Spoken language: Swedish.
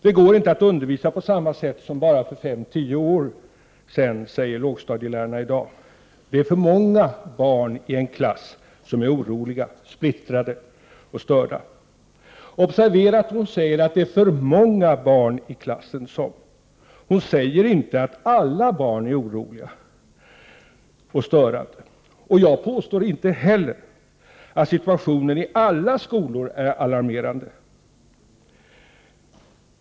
Det går inte att undervisa på samma sätt som för bara 5—10 år sedan, säger en lågstadielärare i dag. Det är för många barn i klassen som är oroliga, splittrade och störda. Observera att hon säger att det ”är för många barn i klassen som —-—- Hon säger inte att alla barn är oroliga och störande. Jag påstår inte heller att situationen i alla skolor är alarmerande.